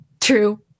True